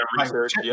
research